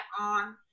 on